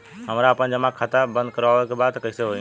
हमरा आपन जमा खाता बंद करवावे के बा त कैसे होई?